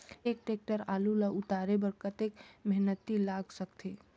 एक टेक्टर आलू ल उतारे बर कतेक मेहनती लाग सकथे?